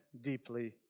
deeply